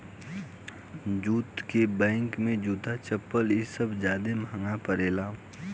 jute के bag, जूता, चप्पल इ सब ज्यादे महंगा परेला